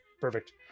Perfect